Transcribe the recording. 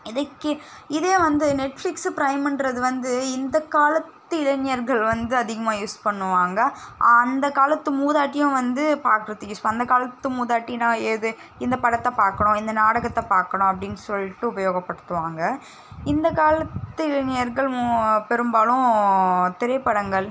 இதுக்கே இதே வந்து நெட்ஃப்ளிக்ஸு ப்ரைமுன்றது வந்து இந்த காலத்து இளைஞர்கள் வந்து அதிகமாக யூஸ் பண்ணுவாங்கள் அந்த காலத்து மூதாட்டியும் வந்து பார்க்குறத்துக்கு யூஸ் பண் அந்த காலத்து மூதாட்டின்னால் எது இந்த படத்தை பார்க்கணும் இந்த நாடகத்தை பார்க்கணும் அப்படின்னு சொல்லிட்டு உபயோகப்படுத்துவாங்கள் இந்த காலத்து இளைஞர்கள் மூ பெரும்பாலும் திரைப்படங்கள்